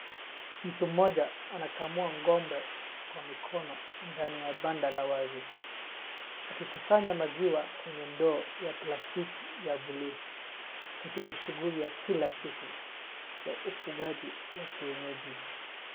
Mtu mmoja anakamua ng'ombe kwa mikono ndani ya banda la wazi akikusanya maziwa kwenye ndoo ya plastiki ya bluu katika shughuli ya kila siku ya ufugaji wa kienyeji.